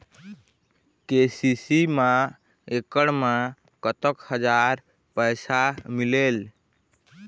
KCC मा एकड़ मा कतक हजार पैसा मिलेल?